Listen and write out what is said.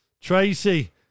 Tracy